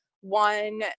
One